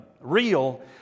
real